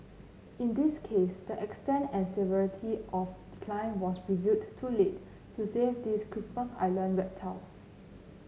in this case the extent and severity of decline was revealed too late to save these Christmas Island reptiles